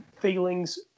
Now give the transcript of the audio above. feelings